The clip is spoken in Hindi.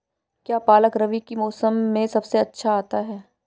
क्या पालक रबी के मौसम में सबसे अच्छा आता है?